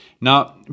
Now